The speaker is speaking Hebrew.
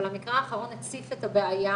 אבל המקרה האחרון הציף את הבעיה.